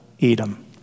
Edom